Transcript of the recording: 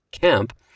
camp